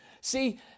See